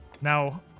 Now